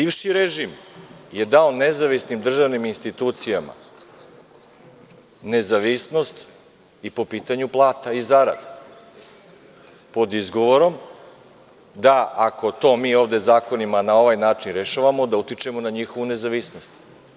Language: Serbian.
Bivši režim je dao nezavisnim državnim institucijama nezavisnost i po pitanju plata i zarada, pod izgovorom da ako to mi ovde zakonima na ovaj način rešavamo, da utičemo na njihovu nezavisnost.